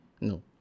No